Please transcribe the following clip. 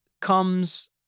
comes